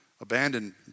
abandoned